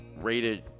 rated